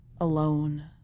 alone